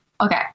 Okay